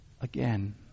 again